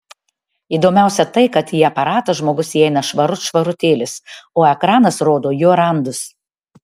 įdomiausia tai kad į aparatą žmogus įeina švarut švarutėlis o ekranas rodo jo randus